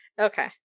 Okay